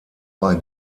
bei